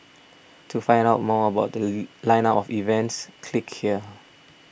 to find out more about The Line up of events click here